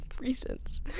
reasons